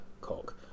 cock